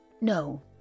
No